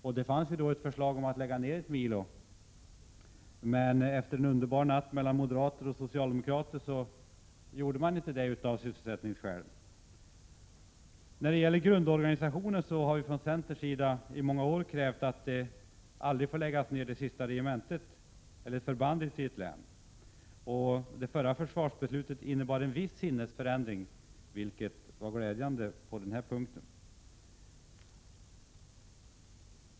Ett förslag var att ett milo skulle läggas ner, men efter en ”underbar natt” mellan moderater och socialdemokrater gjordes inte detta, av ”sysselsättningsskäl”. När det gäller grundorganisationen har centern i många år krävt att det sista förbandet i ett län aldrig får läggas ner. Det förra försvarsbeslutet innebar en viss sinnesförändring på den punkten, vilket var glädjande.